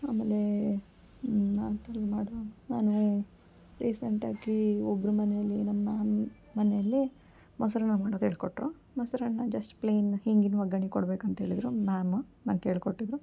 ಆಮೇಲೆ ಆ ಥರ ಮಾಡುವಾಗ ನಾನು ರೀಸೆಂಟಾಗೀ ಒಬ್ರ ಮನೇಲಿ ನನ್ನ ಮ್ಯಾಮ್ ಮನೇಲಿ ಮೊಸರನ್ನ ಮಾಡೋದು ಹೇಳ್ಕೊಟ್ರು ಮೊಸರನ್ನ ಜಸ್ಟ್ ಪ್ಲೈನ್ ಹಿಂಗಿನ ಒಗ್ಗರ್ಣೆ ಕೊಡ್ಬೇಕಂತ ಹೇಳಿದ್ರು ಮ್ಯಾಮು ನಂಗೆ ಹೇಳ್ಕೊಟ್ಟಿದ್ರು